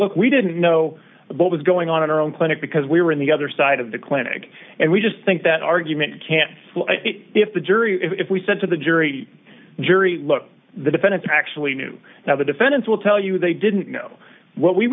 look we didn't know what was going on in our own clinic because we were on the other side of the clinic and we just think that argument can't if the jury if we sent to the jury the jury looked the defendants actually knew now the defendants will tell you they didn't know what we